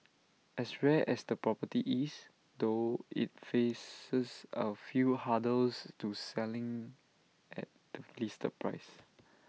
as rare as the property is though IT faces A few hurdles to selling at the listed price